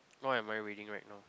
what am I reading right now